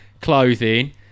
Clothing